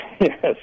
Yes